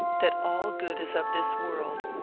that all good is of this world,